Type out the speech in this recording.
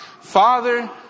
Father